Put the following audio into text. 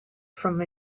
from